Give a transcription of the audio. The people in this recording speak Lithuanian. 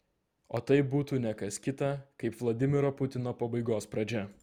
o tai būtų ne kas kita kaip vladimiro putino pabaigos pradžia